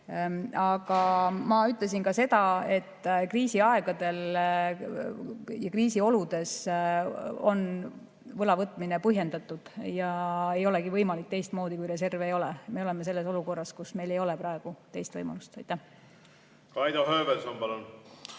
Aga ma ütlesin ka seda, et kriisiaegadel, kriisioludes on võla võtmine põhjendatud. Ei olegi võimalik teistmoodi, kui reserve ei ole. Me oleme olukorras, kus meil ei ole teist võimalust. Kaido Höövelson, palun!